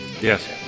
yes